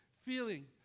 feeling